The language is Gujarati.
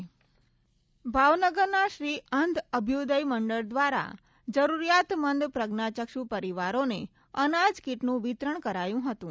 પ્રજ્ઞાચક્ષુ અનાજ કીટ ભાવનગરના શ્રી અંધ અભ્યુદય મંડળ દ્વારા જરૂરિયાતમંદ પ્રજ્ઞાચક્ષુ પરિવારોને અનાજ કીટનું વિતરણ કરાયું હતું